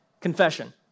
confession